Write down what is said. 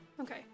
Okay